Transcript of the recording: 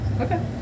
Okay